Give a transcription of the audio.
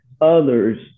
others